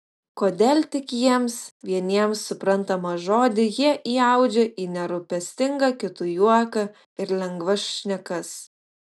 kodėl tik jiems vieniems suprantamą žodį jie įaudžia į nerūpestingą kitų juoką ir lengvas šnekas